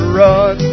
run